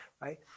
right